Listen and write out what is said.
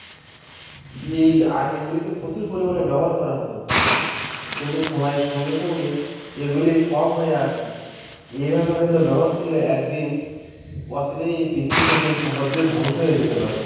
এই আগে এগুলিকে প্রচুর পরিমাণে ব্যবহার করা হতো কিন্তু সময়ের সঙ্গে সঙ্গে এগুলি কম হয়ে আসছে এইভাবে হয়তো ব্যবহার করলে একদিন বছরে এই পৃথিবী থেকে এই সম্পদগুলির ধ্বংস হয়ে যেতে পারে